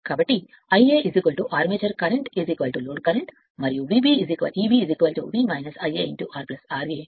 కాబట్టి Ia armature current load current మరియు Eb V Ia R ra